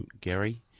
Gary